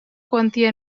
quantia